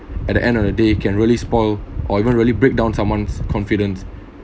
at the end of the day can really spoil or even really breakdown someone's confidence